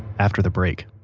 after the break